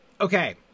Okay